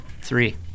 Three